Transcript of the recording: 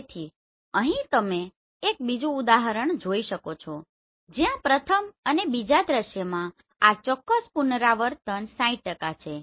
તેથી અહીં તમે એક બીજું ઉદાહરણ જોઈ શકો છો જ્યાં પ્રથમ અને બીજા દ્રશ્યમાં આ ચોક્કસ પુનરાવર્તન 60 છે